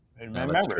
Remember